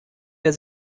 der